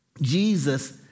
Jesus